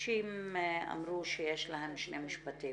אנשים אמרו שיש להם שני משפטים,